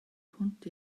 hwnt